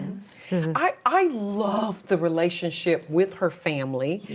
so. i loved the relationship with her family.